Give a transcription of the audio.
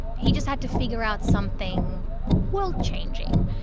he just had to figure out something world-changing.